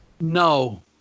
No